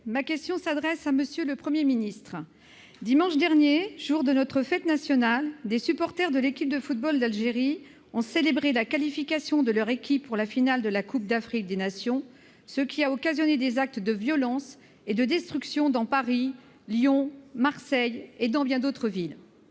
Ma question s'adresse à M. le Premier ministre. Dimanche dernier, jour de notre fête nationale, des supporters de l'équipe de football d'Algérie ont célébré la qualification de leur équipe pour la finale de la Coupe d'Afrique des nations, ce qui a occasionné des actes de violence et de destruction dans Paris, Lyon, Marseille et bien d'autres villes.